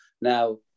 Now